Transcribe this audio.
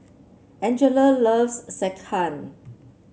Angella loves Sekihan